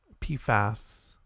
PFAS